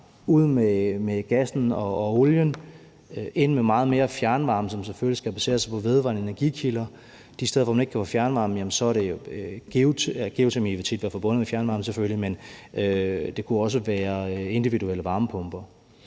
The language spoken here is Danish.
Ud med gassen og olien, ind med meget mere fjernvarme, som selvfølgelig skal basere sig på vedvarende energikilder. De steder, hvor man ikke kan få fjernvarme, er det jo geotermi, som selvfølgelig tit vil være